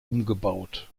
umgebaut